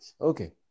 Okay